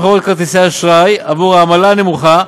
חברות כרטיסי אשראי בעבור העמלה הנמוכה,